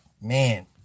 man